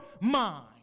mind